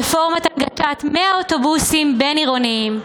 רפורמת הנגשת 100 אוטובוסים בין-עירוניים,